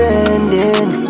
ending